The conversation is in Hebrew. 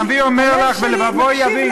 הנביא אומר לך: ולבבו יבין,